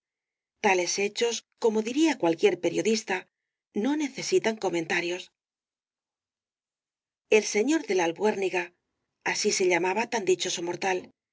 tales hechos como diría cualquier periodista no necesitan comentarios el señor de la albuérniga así se llamaba tan dichoso mortal